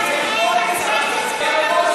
אתה מטעה את הכנסת.